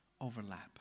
overlap